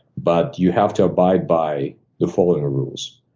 but you have to abide by the following rules.